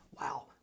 Wow